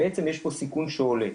בעצם יש פה סיכון שעולה.